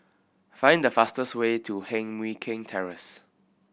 find the fastest way to Heng Mui Keng Terrace